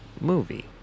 movie